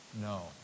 No